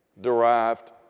derived